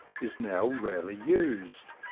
is now rarely used,